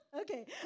Okay